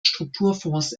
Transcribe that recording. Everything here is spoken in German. strukturfonds